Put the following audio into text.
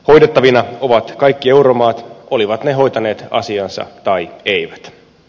hoidettavina ovat kaikki euromaat olivat ne hoitaneet asiansa tai eivät